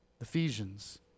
Ephesians